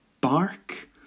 bark